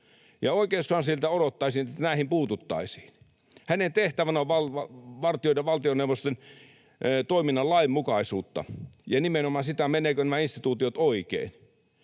Oikeuskanslerilta odottaisin, että näihin puututtaisiin. Hänen tehtävänään on vartioida valtioneuvoston toiminnan lainmukaisuutta ja nimenomaan sitä, menevätkö nämä instituutiot oikein.